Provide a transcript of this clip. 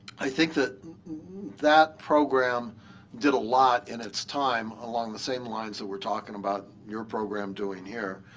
i think that that program did a lot, in its time, along the same lines that we're talking about your program doing here.